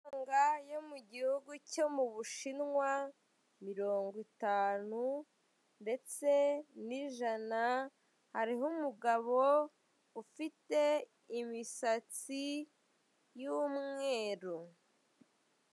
Amafaranga yo mugihugu cyo mu Bushinwa mirongo itanu ndetse n'ijana hariho, umugabo ufite imisatsi y'umweru.